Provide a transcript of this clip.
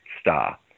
star